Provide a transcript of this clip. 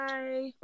Bye